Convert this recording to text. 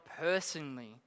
personally